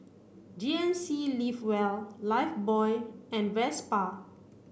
G N C live well Lifebuoy and Vespa